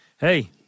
hey